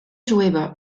jueva